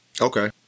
Okay